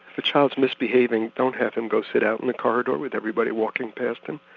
the child's misbehaving don't have him go sit out in the corridor with everybody walking past him,